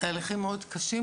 תהליכים מאוד קשים,